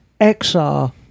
xr